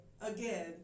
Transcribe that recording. Again